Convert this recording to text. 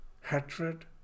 hatred